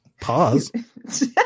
Pause